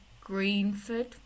greenford